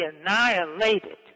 annihilated